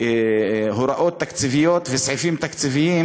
הוראות תקציביות וסעיפים תקציביים.